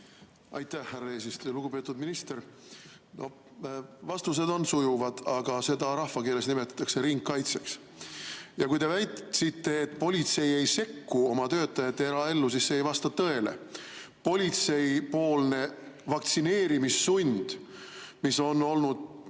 Aitäh, härra eesistuja! Lugupeetud minister! Vastused on sujuvad, aga seda rahvakeeles nimetatakse ringkaitseks. Ja kui te väitsite, et politsei ei sekku oma töötajate eraellu, siis see ei vasta tõele. Politseipoolne vaktsineerimissund, mis on olnud